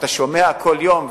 אתה שומע כל יום,